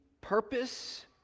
purpose